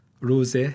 Rose